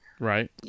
Right